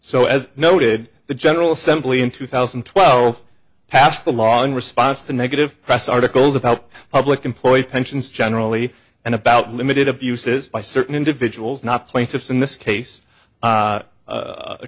so as noted the general assembly in two thousand and twelve passed the law in response to negative press articles about public employee pensions generally and about limited abuses by certain individuals not plaintiffs in this case